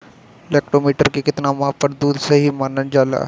Lactometer के कितना माप पर दुध सही मानन जाला?